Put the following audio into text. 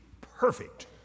perfect